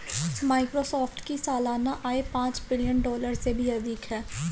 Microsoft की सालाना आय पांच बिलियन डॉलर से भी अधिक है